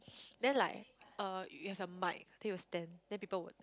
then like uh you have the mic then you stand then people would